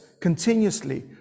continuously